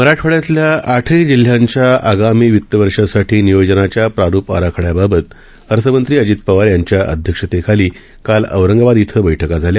मराठवाङ्यातल्या आठही जिल्ह्यांच्या आगामी वित्त वर्षासाठी नियोजनाच्या प्रारूप आराखड़याबाबत अर्थमंत्री अजित पवार यांच्या अध्यक्षतेखाली काल औरंगाबाद इथं बठका झाल्या